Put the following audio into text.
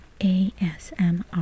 ASMR